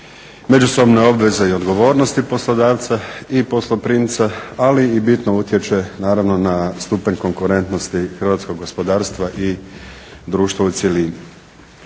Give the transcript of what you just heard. međusobne obveze i odgovornosti poslodavca i posloprimca ali i bitno utječe na stupanj konkurentnosti hrvatskog gospodarstva i društva u cjelini.